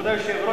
כבוד היושב-ראש,